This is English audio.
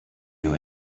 you